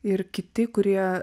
ir kiti kurie